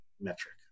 metric